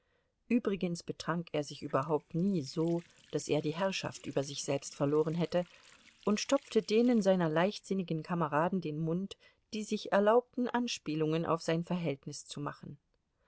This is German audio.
übrigens betrank er sich überhaupt nie so daß er die herrschaft über sich selbst verloren hätte und stopfte denen seiner leichtsinnigen kameraden den mund die sich erlaubten anspielungen auf sein verhältnis zu machen